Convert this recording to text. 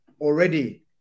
already